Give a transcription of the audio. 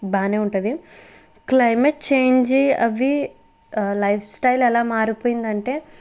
బాగానే ఉంటుంది climate change అవ్వి లైఫ్స్టైల్ ఎలా మారిపోయిందంటే